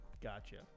Gotcha